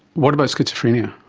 what about schizophrenia?